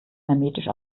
hermetisch